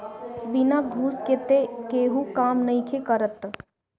बिना घूस के तअ केहू काम नइखे करत